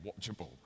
watchable